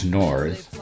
north